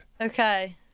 Okay